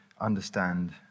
understand